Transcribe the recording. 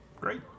Great